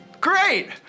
great